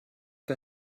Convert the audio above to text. que